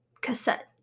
cassette